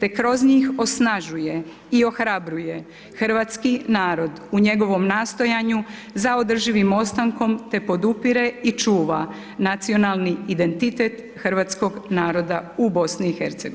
te kroz njih osnažuje i orobljuje Hrvatski narod u njegovom nastojanju za održivim ostankom te podupire i čuva nacionalni identitet Hrvatskog naroda u BIH.